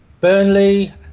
Burnley